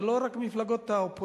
זה לא רק מפלגות האופוזיציה,